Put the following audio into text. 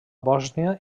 bòsnia